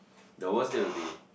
the worst date would be